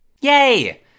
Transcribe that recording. Yay